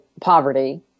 poverty